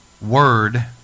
word